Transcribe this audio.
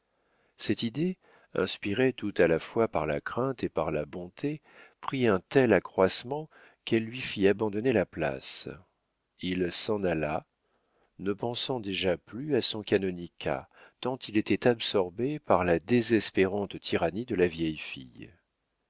cette idée inspirée tout à la fois par la crainte et par la bonté prit un tel accroissement qu'elle lui fit abandonner la place il s'en alla ne pensant déjà plus à son canonicat tant il était absorbé par la désespérante tyrannie de la vieille fille